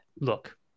look